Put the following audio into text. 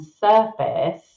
surface